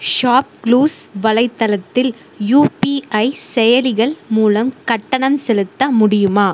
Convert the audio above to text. shop clues வலைத்தளத்தில் UPI செயலிகள் மூலம் கட்டணம் செலுத்த முடியுமா